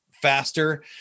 faster